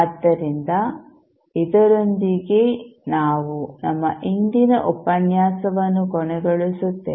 ಆದ್ದರಿಂದ ಇದರೊಂದಿಗೆ ನಾವು ನಮ್ಮ ಇಂದಿನ ಉಪನ್ಯಾಸವನ್ನು ಕೊನೆಗೊಳಿಸುತ್ತೇವೆ